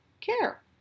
care